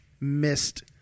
missed